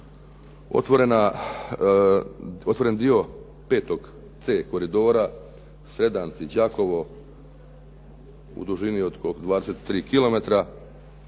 otvoren dio 5C koridora, Sredanci-Đakovo u dužini od 23